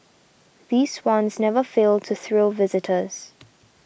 these swans never fail to thrill visitors